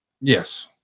Yes